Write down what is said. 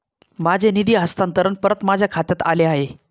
माझे निधी हस्तांतरण परत माझ्या खात्यात आले आहे